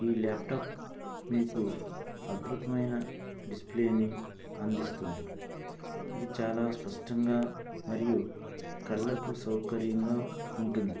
ఈ ల్యాప్టాప్ మీకు అద్భుతమైన డిసప్లేని అందిస్తుంది ఇది చాలా స్పష్టంగా మరియు కళ్ళకు సౌకర్యంగా ఉంటుంది